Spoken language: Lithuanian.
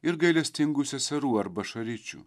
ir gailestingųjų seserų arba šaričių